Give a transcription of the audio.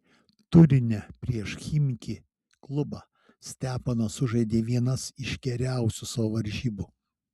turine prieš chimki klubą steponas sužaidė vienas iš geriausių savo varžybų